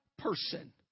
Person